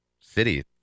city